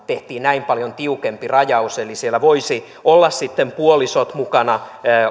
tehtiin näin paljon tiukempi rajaus eli siellä voisi olla sitten puolisot mukana